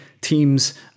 teams